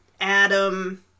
Adam